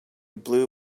blue